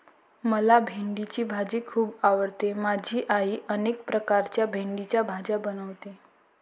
मला भेंडीची भाजी खूप आवडते माझी आई अनेक प्रकारच्या भेंडीच्या भाज्या बनवते